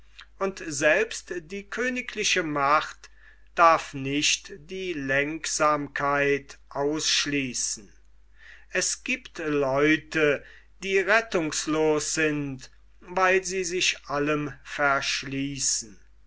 und selbst die königliche macht darf nicht die lenksamkeit ausschließen es giebt leute die rettungslos sind weil sie sich allem verschließen